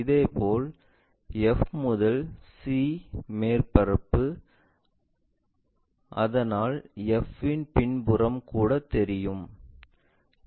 இதேபோல் f முதல் e மேற்பரப்பு அதனால் f இன் பின்புறம் கூட தெரியும்